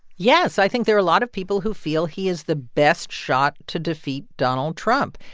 yes. i think there are a lot of people who feel he is the best shot to defeat donald trump.